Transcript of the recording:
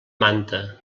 manta